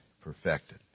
perfected